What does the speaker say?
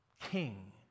king